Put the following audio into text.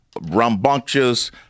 rambunctious